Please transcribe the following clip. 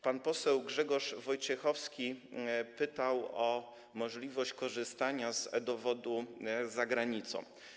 Pan poseł Grzegorz Wojciechowski pytał o możliwość korzystania z e-dowodu za granicą.